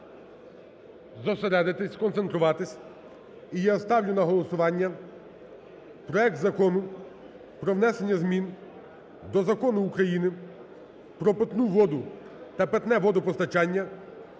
Зосередитись, сконцентруватись. І я ставлю на голосування проект Закону про внесення змін до Закону України "Про питну воду та питне водопостачання"